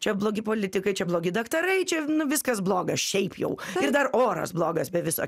čia blogi politikai čia blogi daktarai čia viskas bloga šiaip jau ir dar oras blogas be viso